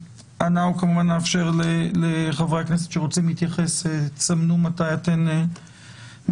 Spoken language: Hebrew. כמובן נאפשר לחברי הכנסת שרוצים להתייחס תסמנו מתי אתן מעוניינות